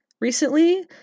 recently